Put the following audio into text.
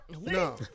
No